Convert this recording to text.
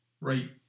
Right